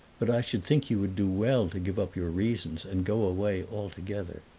but i should think you would do well to give up your reasons and go away altogether.